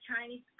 Chinese